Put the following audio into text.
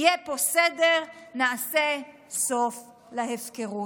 יהיה פה סדר, נעשה סוף להפקרות.